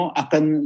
akan